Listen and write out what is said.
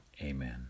amen